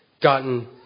gotten